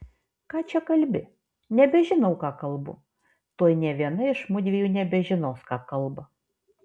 ką čia kalbi nebežinau ką kalbu tuoj nė viena iš mudviejų nebežinos ką kalba